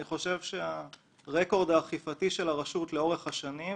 אני חושב שהרקורד האכיפתי של הרשות לאורך השנים,